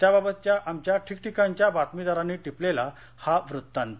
त्याबाबतचा आमच्या ठीकाठीकाणच्या बातमीदारांनी टिपलेला हा वृत्तांत